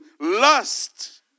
lust